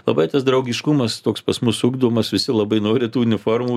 labai tas draugiškumas toks pas mus ugdomas visi labai nori tų uniformų